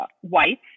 white